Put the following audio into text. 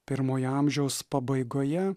pirmojo amžiaus pabaigoje